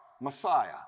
Messiah